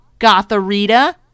gotharita